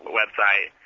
website